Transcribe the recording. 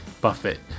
Buffett